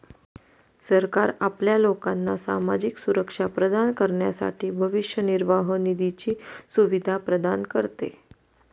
सरकार आपल्या लोकांना सामाजिक सुरक्षा प्रदान करण्यासाठी भविष्य निर्वाह निधीची सुविधा प्रदान करते